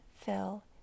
fill